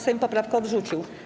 Sejm poprawkę odrzucił.